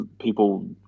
people